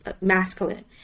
masculine